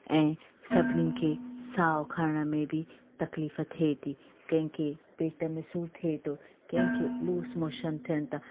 ऐं सभिनीनि खे साह खणणु में बि तकलीफ़ थिए थी कंहिंखे पेट में सूर थिए थो कंहिंखे लूज़ मोशन थियनि था